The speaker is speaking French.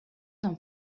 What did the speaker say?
dans